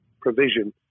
provision